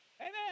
Amen